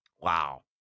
Wow